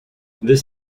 this